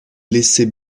laissaient